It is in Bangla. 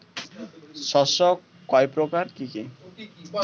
শস্য কয় প্রকার কি কি?